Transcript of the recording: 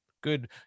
good